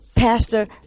Pastor